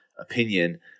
opinion